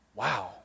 wow